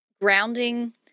grounding